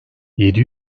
yedi